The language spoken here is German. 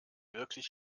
wirklich